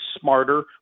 smarter